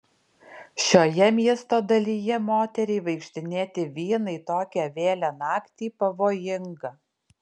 šioje miesto dalyje moteriai vaikštinėti vienai tokią vėlią naktį pavojinga